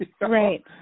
Right